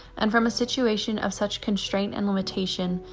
and from a situation of such constraint and limitation,